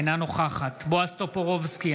אינה נוכחת בועז טופורובסקי,